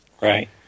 Right